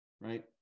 right